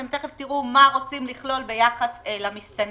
תיכף תראו מה רוצים לכלול ביחס למסתננים.